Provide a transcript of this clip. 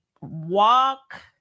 walk